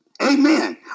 Amen